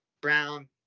brown